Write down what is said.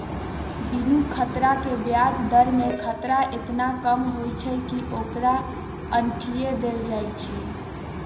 बिनु खतरा के ब्याज दर में खतरा एतना कम होइ छइ कि ओकरा अंठिय देल जाइ छइ